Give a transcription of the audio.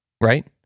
right